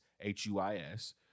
H-U-I-S